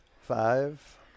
Five